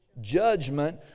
judgment